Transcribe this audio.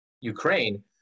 Ukraine